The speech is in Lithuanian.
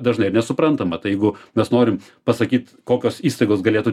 dažnai ir nesuprantam vat jeigu mes norim pasakyt kokios įstaigos galėtų